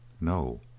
No